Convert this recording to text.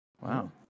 Wow